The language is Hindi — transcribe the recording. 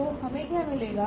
तो हमें क्या मिलेगा